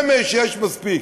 שמש יש מספיק,